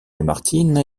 lamartine